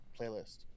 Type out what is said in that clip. playlist